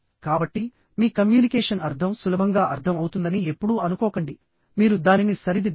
కాబట్టి మీ కమ్యూనికేషన్ అర్థం సులభంగా అర్థం అవుతుందని ఎప్పుడూ అనుకోకండి మీరు దానిని సరిదిద్దండి